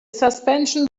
suspension